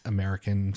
American